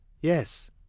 Yes